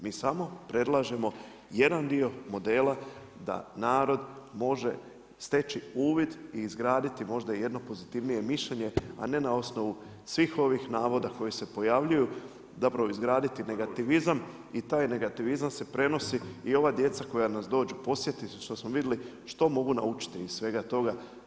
Mi samo predlažemo jedan diko modela da narod može steći uvid i izgraditi možda jedno pozitivnije mišljenje, a ne na osnovu svih ovih navoda koji se pojavljuju zapravo izgraditi negativizam i taj negativizam se prenosi i ova djeca koja nas dođu posjetiti, što smo vidjeli što mogu naučiti iz svega toga?